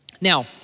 Now